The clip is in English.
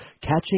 Catching